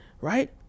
right